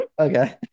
Okay